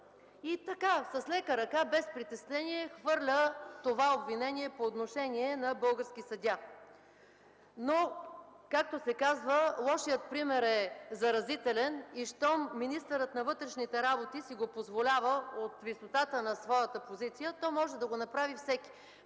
и така с лека ръка, без притеснение, хвърля това обвинение по отношение на български съдия? Но, както се казва, лошият пример е заразителен и щом министърът на вътрешните работи си го позволява от висотата на своята позиция, то може да го направи всеки